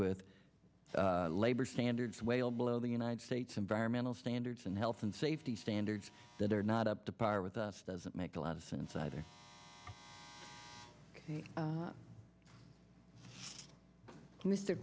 with labor standards whale below the united states environmental standards and health and safety standards that are not up to par with us doesn't make a lot of sense either